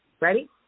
Ready